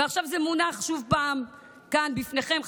ועכשיו זה מונח שוב כאן בפניכם,